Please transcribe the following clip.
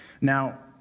Now